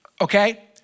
okay